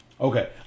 Okay